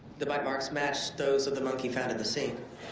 the bite marks match those or the monkey found at the scene.